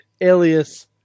alias